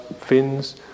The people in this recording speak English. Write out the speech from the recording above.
fins